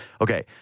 Okay